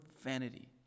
vanity